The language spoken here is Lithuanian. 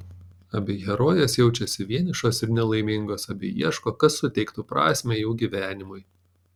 abi herojės jaučiasi vienišos ir nelaimingos abi ieško kas suteiktų prasmę jų gyvenimui